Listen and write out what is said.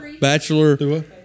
bachelor